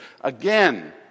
again